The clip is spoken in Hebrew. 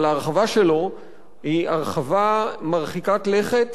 אבל ההרחבה שלו היא הרחבה מרחיקת לכת,